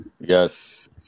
Yes